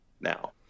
now